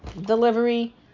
delivery